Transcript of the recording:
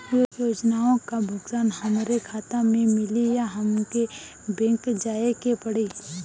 योजनाओ का भुगतान हमरे खाता में मिली या हमके बैंक जाये के पड़ी?